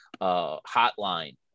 hotline